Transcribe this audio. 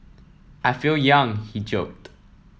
I feel young he joked